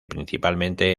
principalmente